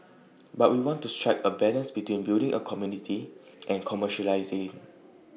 but we want to strike A balance between building A community and commercialising